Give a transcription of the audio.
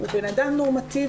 הוא בן אדם נורמטיבי,